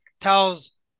tells